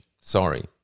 Sorry